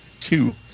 two